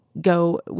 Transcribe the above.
go